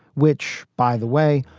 which, by the way,